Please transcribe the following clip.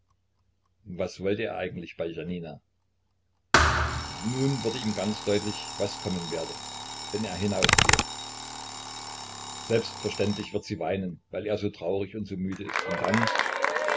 was wollte er eigentlich bei janina nun wurde ihm ganz deutlich was kommen werde wenn er hinaufgehe selbstverständlich wird sie weinen weil er so traurig und so müde ist und dann